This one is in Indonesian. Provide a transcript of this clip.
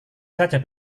saja